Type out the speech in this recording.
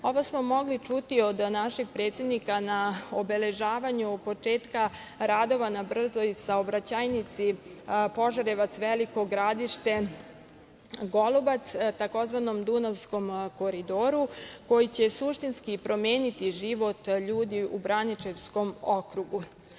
Ovo smo mogli čuti od našeg predsednika na obeležavanju početka radova na brzoj saobraćajnici Požarevac – Veliko Gradište – Golubac, tzv. Dunavskom koridoru koji će suštinski promeniti život ljudi u Braničevskom okrugu.